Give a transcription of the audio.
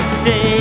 say